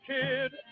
kid